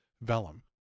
Vellum